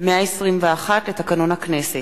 121 לתקנון הכנסת.